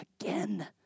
again